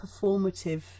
performative